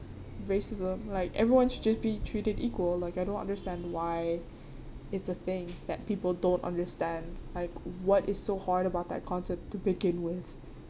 racism like everyone should just be treated equal like I don't understand why it's a thing that people don't understand like what is so hard about that concept to begin with